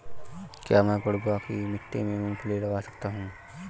क्या मैं पडुआ की मिट्टी में मूँगफली लगा सकता हूँ?